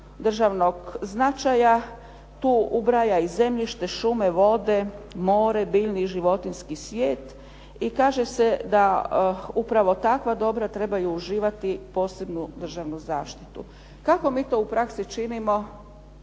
državnog značaja, tu ubraja i zemljište, šume, vode, more, biljni i životinjski svijet i kaže se da upravo takva dobra trebaju uživati posebnu državnu zaštitu. Kako mi to u praksi činimo